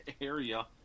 area